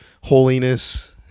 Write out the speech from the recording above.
holiness